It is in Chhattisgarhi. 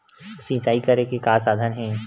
सिंचाई करे के का साधन हे?